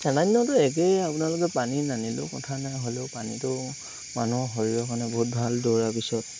ঠাণ্ডা দিনটো একেই আপোনালোকে পানী নানিলেও কথা নাই হ'লেও পানীটো মানুহৰ শৰীৰৰ কাৰণে বহুত ভাল দৌৰাৰ পিছত